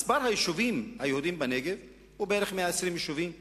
מספר היישובים היהודיים בנגב הוא כ-120 יישובים מגוונים,